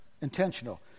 intentional